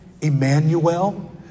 emmanuel